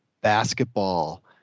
Basketball